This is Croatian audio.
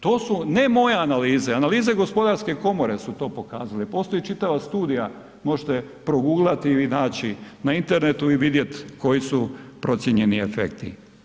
To su, ne moje analize, analize gospodarske komore su to pokazale, postoje čitava studija, možete proguglati i naći na internetu i vidjeti koji su procijenjeni efekti.